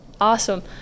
Awesome